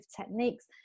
techniques